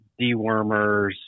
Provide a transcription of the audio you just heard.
dewormers